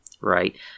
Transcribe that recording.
right